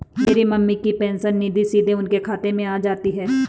मेरी मम्मी की पेंशन निधि सीधे उनके खाते में आ जाती है